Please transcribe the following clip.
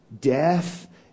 death